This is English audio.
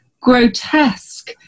grotesque